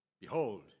Behold